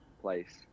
place